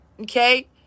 okay